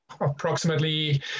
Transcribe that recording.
approximately